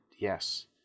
yes